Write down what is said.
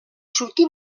sortir